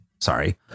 sorry